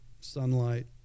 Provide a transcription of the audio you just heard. sunlight